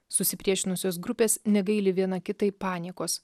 susipriešinusios grupės negaili viena kitai paniekos